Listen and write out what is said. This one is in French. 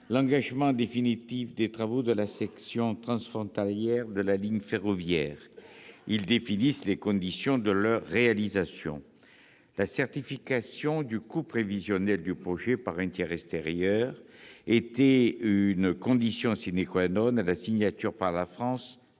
l'engagement définitif des travaux de la section transfrontalière de la ligne ferroviaire. Ils définissent les conditions de leur réalisation. La certification du coût prévisionnel du projet par un tiers extérieur était une condition de la signature par la France